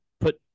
put